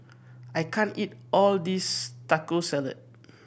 I can't eat all this Taco Salad